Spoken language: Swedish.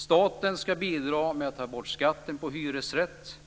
Staten ska bidra med att ta bort skatten på hyresrätt